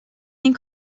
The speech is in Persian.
این